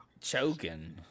choking